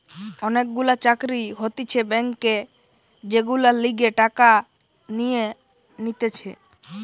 অনেক গুলা চাকরি হতিছে ব্যাংকে যেগুলার লিগে টাকা নিয়ে নিতেছে